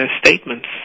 statements